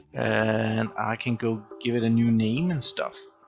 and i can go give it a new name and stuff.